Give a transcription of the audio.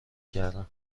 کردن